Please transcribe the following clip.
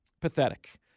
Pathetic